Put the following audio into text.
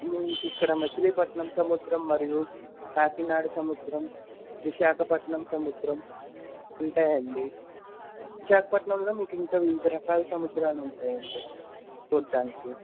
ఇక్కడ మచిలీపట్నం సముద్రం మరియు కాకినాడ సముద్రం విశాఖపట్నం సముద్రం ఉంటాయండి విశాఖపట్నంలో మీకు ఇంకా వివిధ రకాల సముద్రాలు ఉంటాయండి చూడటానికి